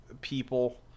people